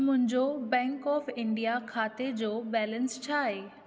मुंहिंजो bank of India खाते जो बैलेंस छा आहे